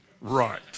Right